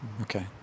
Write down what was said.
Okay